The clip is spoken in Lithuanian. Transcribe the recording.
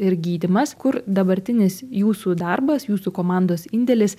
ir gydymas kur dabartinis jūsų darbas jūsų komandos indėlis